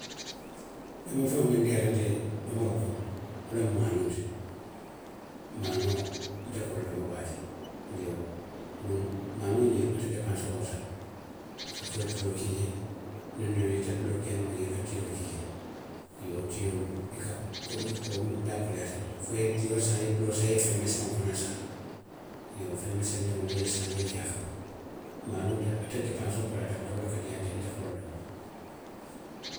Domofeŋo meŋ diiyaata nte ye domoroo kono, wo loŋ maanoo ti. Maanoo, nte ka wo le domo baake. Iyoo, duŋ maanoo ňiŋ, ate depansoo warata. parisiko fo ye tuloo ki jee. niŋ duŋ ite tuloo keenoo la jee i ka tiyoo le ki jee. Iyoo, tiyoo i ka kodi, wo daa koleyaata le. Fo i ye tuloo saŋ, i ye tiyoo saŋ, i ye feŋ meseŋolu fanaŋ saŋ, i yoo feŋ meseŋ diŋolu i ye i saŋ i ye i ke a kaŋ. Maanoo de, ate depansoo koleyaata bari wo le ka diiyaa nte ye, nte ka wo le domo.